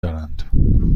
دارند